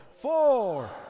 four